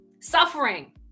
Suffering